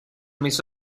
mis